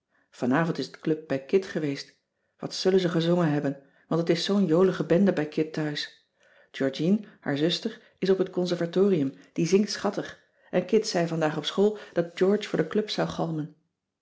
vanavond is het club bij kit geweest wat zullen ze gezongen hebben want het is zoo'n jolige bende bij kit thuis georgien haar zuster is op het conservatorium die zingt schattig en kit zei vandaag op school dat george voor de club zou galmen